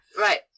Right